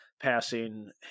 passing